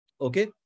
Okay